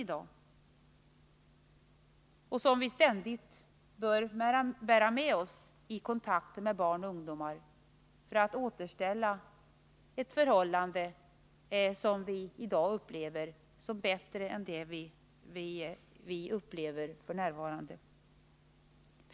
Detta är något som vi ständigt bör bära med oss i kontakten med barn och ungdomar för att återställa ett förhållande som vi anser vara bättre än det vi f. n. upplever.